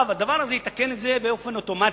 הדבר הזה יתקן את זה באופן אוטומטי.